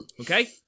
Okay